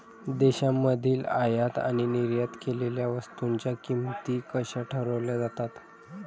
देशांमधील आयात आणि निर्यात केलेल्या वस्तूंच्या किमती कशा ठरवल्या जातात?